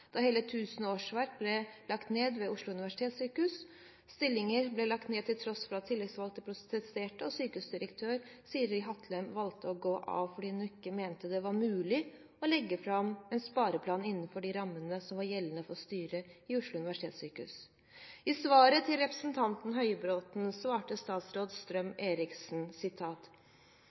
da hele 1 000 årsverk ble lagt ned ved Oslo universitetssykehus. Stillingene ble lagt ned til tross for at tillitsvalgte protesterte, og sykehusdirektør Siri Hatlen valgte å gå av fordi hun ikke mente at det var mulig å legge fram en spareplan innenfor de rammene som var gjeldende for styret ved Oslo universitetssykehus. I svaret til representanten Høybråten svarte statsråd